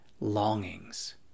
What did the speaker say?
longings